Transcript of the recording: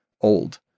old